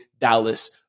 Dallas